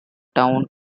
town